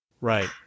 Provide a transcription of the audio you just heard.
Right